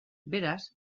beraz